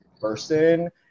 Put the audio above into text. person